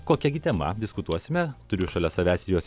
kokią gi tema diskutuosime turiu šalia savęs jos